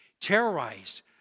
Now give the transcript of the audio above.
terrorized